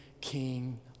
King